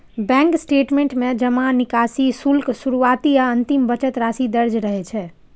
bank statement में जमा, निकासी, शुल्क, शुरुआती आ अंतिम बचत राशि दर्ज रहै छै